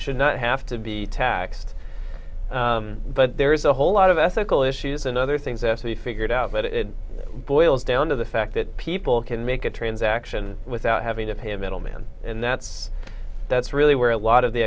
should not have to be taxed but there is a whole lot of ethical issues and other things s he figured out but it boils down to the fact that people can make a transaction without having to pay a middleman and that's that's really where a lot of the